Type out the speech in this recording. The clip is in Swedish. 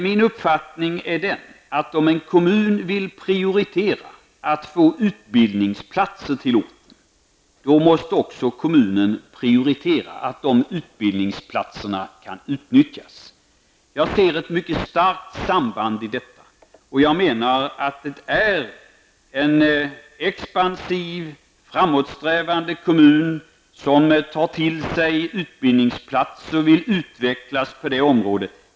Min uppfattning är att om en kommun vill prioritera att få utbildningsplatser till orten, måste kommunen också prioritera att de utbildningsplatserna kan utnyttjas. Jag ser ett mycket starkt samband i detta. En expansiv och framåtsträvande kommun tar till sig utbildningsplatser och vill utvecklas på det området.